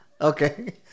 Okay